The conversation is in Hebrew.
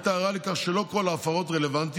הייתה ערה לכך שלא כל ההפרות רלוונטיות,